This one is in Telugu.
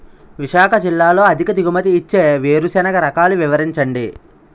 విశాఖ జిల్లాలో అధిక దిగుమతి ఇచ్చే వేరుసెనగ రకాలు వివరించండి?